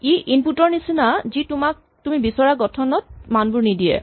ই input ৰ নিচিনা যি তোমাক তুমি বিচৰা গঠনত মানবোৰ নিদিয়ে